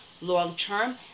long-term